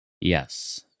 Yes